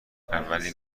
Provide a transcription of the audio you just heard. اولی